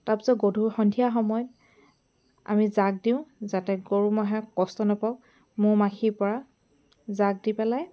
তাৰপিছত গধূ সন্ধিয়া সময়ত আমি জাঁক দিও যাতে গৰু ম'হে কষ্ট নাপাওক মহ মাখিৰ পৰা জাক দি পেলাই